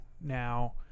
now